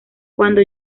cuando